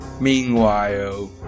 Meanwhile